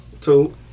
Two